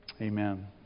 Amen